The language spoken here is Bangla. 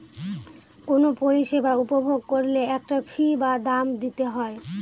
কোনো পরিষেবা উপভোগ করলে একটা ফী বা দাম দিতে হয়